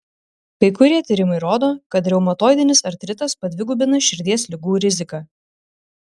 kai kurie tyrimai rodo kad reumatoidinis artritas padvigubina širdies ligų riziką